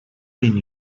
been